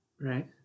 Right